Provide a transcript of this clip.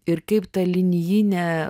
ir kaip ta linijinė